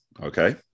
Okay